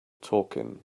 talking